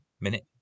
Minute